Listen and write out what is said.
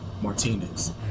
Martinez